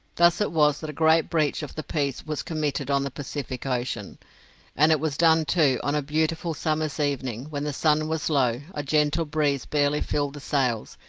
thus it was that a great breach of the peace was committed on the pacific ocean and it was done, too, on a beautiful summer's evening, when the sun was low, a gentle breeze barely filled the sails,